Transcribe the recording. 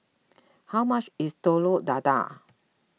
how much is Telur Dadah